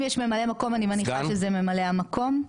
אם יש ממלא מקום אני מניחה שזה ממלא המקום.